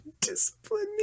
Discipline